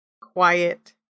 quiet